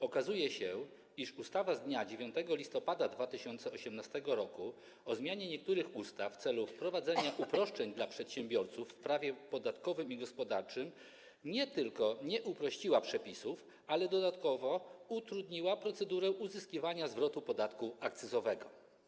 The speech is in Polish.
Okazuje się, iż ustawa z dnia 9 listopada 2018 r. o zmianie niektórych ustaw w celu wprowadzenia uproszczeń dla przedsiębiorców w prawie podatkowym i gospodarczym nie tylko nie uprościła przepisów, ale dodatkowo utrudniła procedurę uzyskiwania zwrotu podatku akcyzowego.